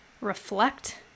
Reflect